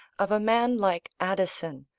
of a man like addison,